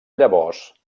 llavors